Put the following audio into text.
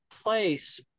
place